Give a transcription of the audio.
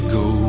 go